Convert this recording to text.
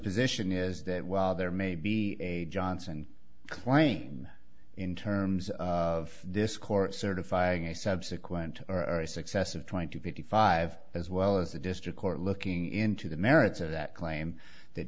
position is that while there may be a johnson claim in terms of this court certifying a subsequent success of trying to fifty five as well as the district court looking into the merits of that claim that